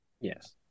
Yes